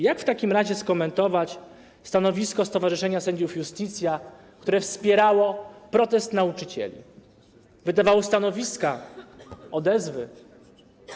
Jak w takim razie skomentować stanowisko stowarzyszenia sędziów Iustitia, które wspierało protest nauczycieli, wydawało stanowiska, odezwy.